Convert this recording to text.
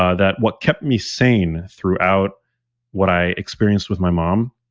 ah that what kept me sane throughout what i experienced with my mom,